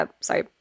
Sorry